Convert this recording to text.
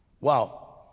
Wow